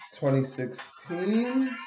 2016